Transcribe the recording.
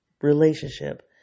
relationship